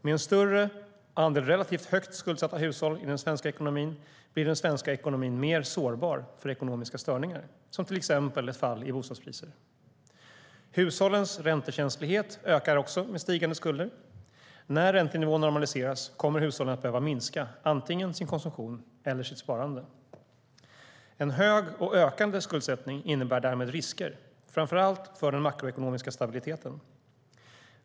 Med en större andel relativt högt skuldsatta hushåll i den svenska ekonomin blir den svenska ekonomin mer sårbar för ekonomiska störningar, som till exempel ett fall i bostadspriser. Hushållens räntekänslighet ökar också med stigande skulder. När räntenivån normaliseras kommer hushållen att behöva minska antingen sin konsumtion eller sitt sparande. En hög och ökande skuldsättning innebär därmed risker, framför allt för den makroekonomiska stabiliteten.